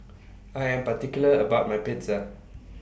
I Am particular about My Pizza